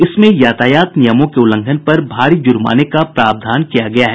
इसमें यातायात नियमों के उल्लंघन पर भारी जुर्माने का भी प्रावधान किया गया है